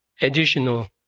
additional